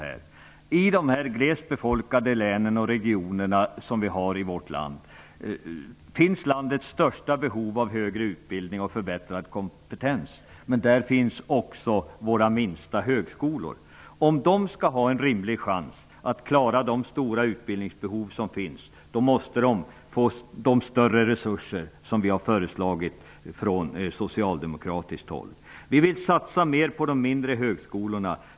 I de glest befolkade länen och regionerna som vi har i vårt land finns landets största behov av högre utbildning och förbättrad kompetens. Där finns också våra minsta högskolor. Om de skall ha en rimlig chans att klara av de stora utbildningsbehov som finns måste de få de större resurser som vi har föreslagit från socialdemokratiskt håll. Vi vill satsa mer på de mindre högskolorna.